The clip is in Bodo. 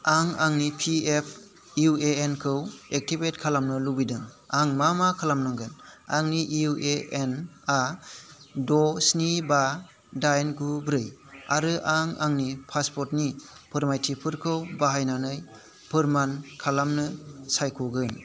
आं आंनि P F U A N खौ एक्टिभेट खालामनो लुबैदों आं मा मा खालामनांगोन आंनि इउ ए एन आ द' स्नि बा दाइन गु ब्रै आरो आं आंनि पासपर्टनि फोरमायथिफोरखौ बाहायनानै फोरमान खालामनो सायख'गोन